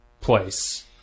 place